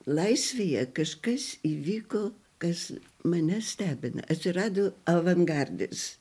laisvėje kažkas įvyko kas mane stebina atsirado avangardas